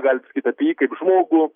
gali pasakyt apie jį kaip žmogų